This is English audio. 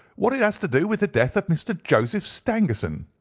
what it has to do with the death of mr. joseph stangerson.